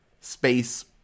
space